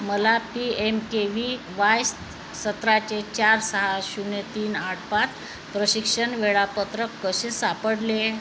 मला P M K V Y स् सतराचे चार सहा शून्य तीन आठ पाच प्रशिक्षण वेळापत्रक कसे सापडले